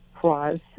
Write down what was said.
flaws